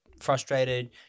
frustrated